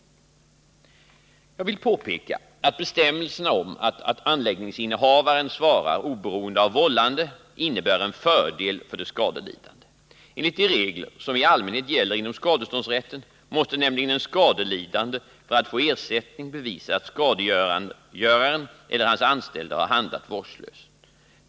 Jag vill påpeka att bestämmelserna om att anläggningsinnehavaren svarar oberoende av vållande innebär en fördel för de skadelidande. Enligt de regler som i allmänhet gäller inom skadeståndsrätten måste nämligen en skadelidande för att få ersättning bevisa att skadegöraren eller hans anställda har handlat vårdslöst.